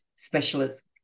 specialist